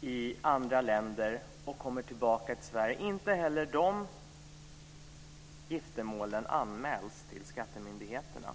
i andra länder dessa giftermål till skattemyndigheterna när de kommer tillbaka till